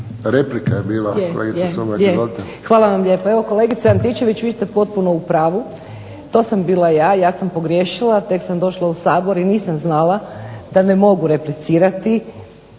Izvolite. **Sumrak, Đurđica (HDZ)** Hvala vam lijepo. Evo kolegice Antičević vi ste potpuno u pravu. To sam bila ja, ja sam pogriješila, tek sam došla u Sabor i nisam znala da ne mogu replicirati.